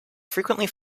frequently